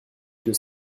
que